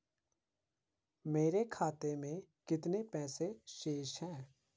मेरे खाते में कितने पैसे शेष हैं?